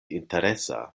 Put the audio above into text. interesa